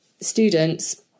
students